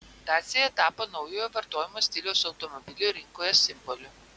dacia tapo naujojo vartojimo stiliaus automobilių rinkoje simboliu